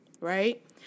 right